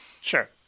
Sure